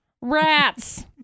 Rats